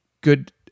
good